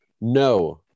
No